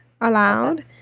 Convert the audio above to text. allowed